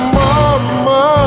mama